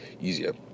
easier